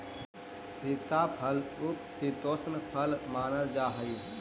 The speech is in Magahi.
सीताफल उपशीतोष्ण फल मानल जा हाई